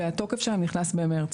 והתוקף שלהן נכנס במרץ.